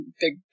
big